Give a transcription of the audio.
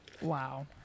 Wow